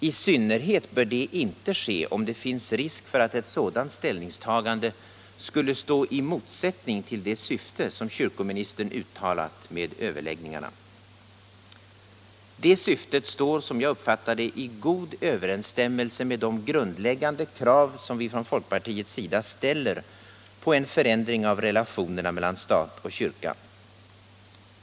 I synnerhet bör detta inte ske om det finns risk för att ett sådant ställningstagande skulle stå i motsättning till det syfte som kyrkoministern uttalat med överläggningarna. Detta syfte står, som jag uppfattar det, i god överensstämmelse med de grundläggande krav som vi från folkpartiets sida ställer på en förändring av relationerna mellan stat och kyrka.